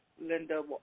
Linda